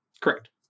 Correct